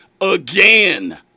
again